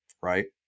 Right